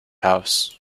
house